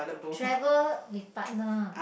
travel with partner ah